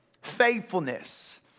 faithfulness